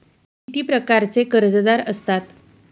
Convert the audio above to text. किती प्रकारचे कर्जदार असतात